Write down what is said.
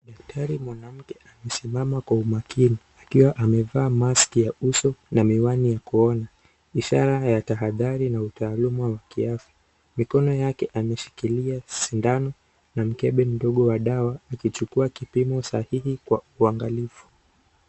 Daktari mwanamke amesimama kwa umakini, akiwa amevaa maski ya uso na miwani ya kooni. Ishara ya tahadhari na utaluma wa kiafya. Mikono yake, yameshikilia sindano na mkebe mdogo wa dawa, akichukua kipimo sahihi kwa uangalifu.